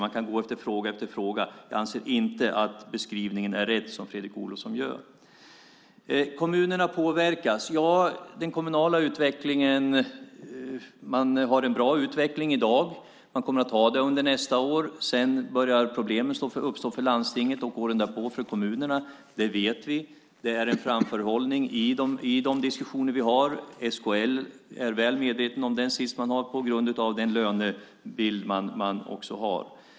Man kan beta av fråga efter fråga. Jag anser inte att den beskrivning som Fredrik Olovsson gör är korrekt. Beträffande kommunerna och att de påverkas vill jag säga att den kommunala utvecklingen i dag är bra. Den kommer att vara det även under nästa år. Därefter börjar problem uppstå för landstingen och året därpå för kommunerna. Det vet vi, och vi har framförhållning i de diskussioner vi för. SKL är väl medvetet om den sits man befinner sig i på grund av den lönebild som också finns.